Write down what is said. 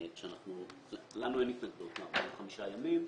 לנו אין התנגדות ל-45 ימים.